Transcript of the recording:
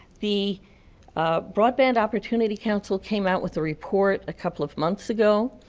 the broadband opportunity council came out with a report a couple of months ago.